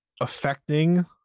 affecting